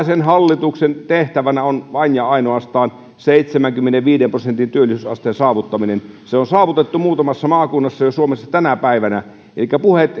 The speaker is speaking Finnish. sen hallituksen tehtävänä on vain ja ainoastaan seitsemänkymmenenviiden prosentin työllisyysasteen saavuttaminen se on saavutettu muutamassa maakunnassa suomessa jo tänä päivänä elikkä puheet